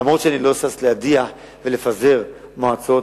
אני לא שש להדיח ולפזר מועצות,